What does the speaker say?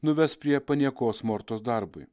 nuves prie paniekos mortos darbui